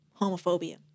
homophobia